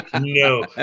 no